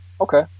Okay